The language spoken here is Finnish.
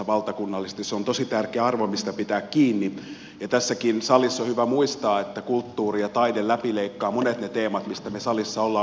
se on tosi tärkeä arvo mistä pitää kiinni ja tässäkin salissa on hyvä muistaa että kulttuuri ja taide läpileikkaavat monet niistä teemoista mistä me salissa olemme huolissamme